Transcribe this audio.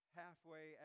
halfway